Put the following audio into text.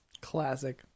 classic